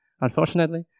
unfortunately